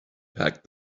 packed